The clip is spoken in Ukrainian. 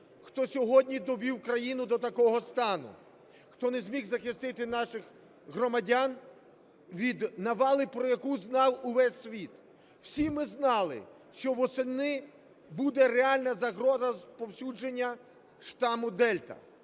хто сьогодні довів країну до такого стану, хто не зміг захистити наших громадян від навали, про яку знав увесь світ? Всі ми знали, що восени буде реальна загроза розповсюдження штаму Дельта.